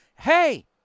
Hey